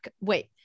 wait